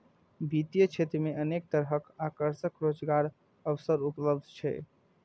वित्तीय क्षेत्र मे अनेक तरहक आकर्षक रोजगारक अवसर उपलब्ध छै